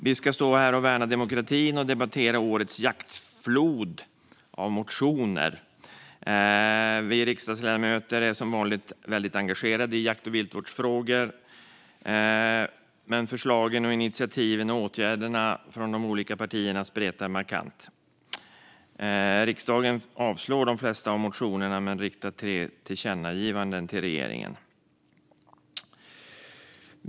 Vi ska dock värna demokratin och debattera årets flod av jaktmotioner. Vi riksdagsledamöter är som vanligt väldigt engagerade i jakt och viltvårdsfrågor, men förslagen, initiativen och åtgärderna från de olika partierna spretar markant. Utskottet föreslår att riksdagen avslår de flesta av motionerna men riktar tre tillkännagivanden till regeringen.